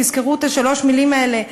תזכרו את שלוש המילים האלה,